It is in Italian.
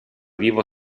vivo